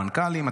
למנכ"לים.